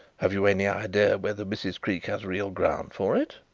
have you any idea whether mrs. creake has real ground for it?